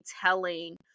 telling